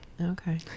okay